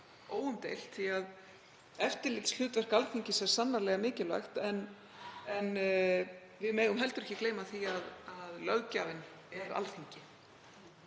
Alþingis óumdeilt því að eftirlitshlutverk Alþingis er sannarlega mikilvægt. En við megum heldur ekki gleyma því að löggjafinn er Alþingi.